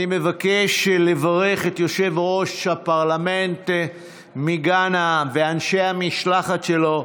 אני מבקש לברך את יושב-ראש הפרלמנט מגאנה ואנשי המשלחת שלו.